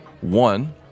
One